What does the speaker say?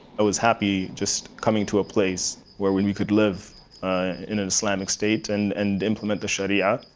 i was happy just coming to a place where we could live in an islamic state and and implement the sharia.